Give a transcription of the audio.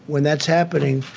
when that's happening,